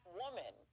woman